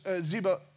Ziba